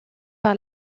par